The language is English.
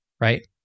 right